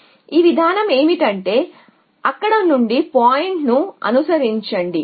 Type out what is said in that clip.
కాబట్టి ఈ విధానం ఏమిటంటే అక్కడ నుండి పాయింట్ను అనుసరించండి